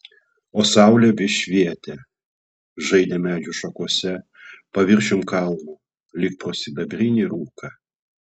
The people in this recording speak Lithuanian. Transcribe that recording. o saulė vis švietė žaidė medžių šakose paviršium kalno lyg pro sidabrinį rūką